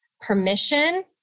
permission